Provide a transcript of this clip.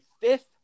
fifth